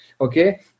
Okay